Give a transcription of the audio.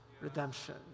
redemption